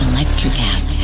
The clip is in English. Electricast